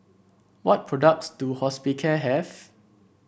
what products do Hospicare have